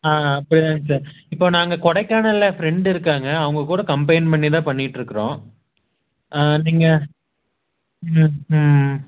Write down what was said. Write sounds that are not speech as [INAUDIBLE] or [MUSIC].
ஆ [UNINTELLIGIBLE] இந்த இப்போ நாங்கள் கொடைக்கானலில் ஃப்ரண்டு இருக்காங்க அவங்கக்கூட கம்பைன் பண்ணி தான் பண்ணிக்கிட்டுருக்குறோம் நீங்கள்